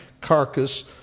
carcass